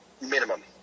Minimum